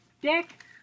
Dick